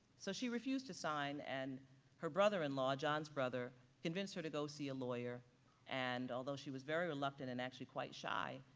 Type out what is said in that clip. so she refused to sign and her brother-in-law, john's brother convinced her to go see a lawyer and although she was very reluctant and actually quite shy,